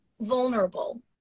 vulnerable